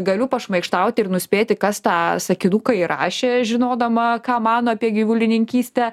galiu pašmaikštauti ir nuspėti kas tą sakinuką įrašė žinodama ką mano apie gyvulininkystę